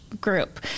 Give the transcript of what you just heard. group